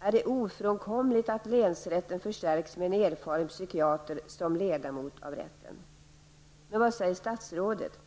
är det ofrånkomligt att länsrätten förstärks med en erfaren psykiater som ledamot av rätten''. Men vad säger statsrådet?